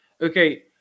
Okay